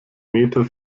meter